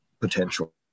potential